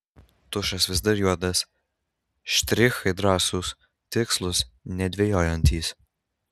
tušas vis dar juodas štrichai drąsūs tikslūs nedvejojantys